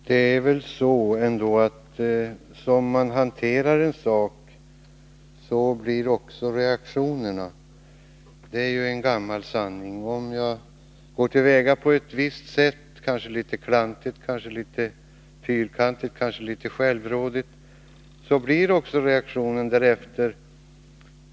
Herr talman! Som man hanterar en sak så blir också reaktionerna — det är ju en gammal sanning. Om jag går till väga på ett visst sätt, kanske litet klantigt, kanske litet fyrkantigt, kanske litet självrådigt, då blir också reaktionerna därefter.